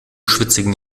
schwitzigen